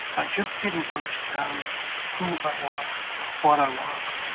i just didn't understand who i was or what i was.